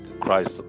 christ